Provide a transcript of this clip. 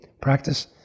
practice